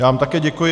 Já vám také děkuji.